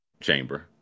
chamber